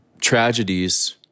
tragedies